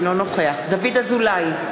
אינו נוכח דוד אזולאי,